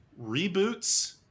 reboots